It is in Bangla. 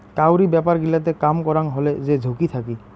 কাউরি ব্যাপার গিলাতে কাম করাং হলে যে ঝুঁকি থাকি